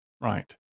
right